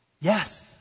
Yes